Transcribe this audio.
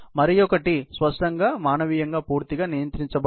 మరియు మరొకటి స్పష్టంగా మానవీయంగా పూర్తిగా నియంత్రించబడుతుంది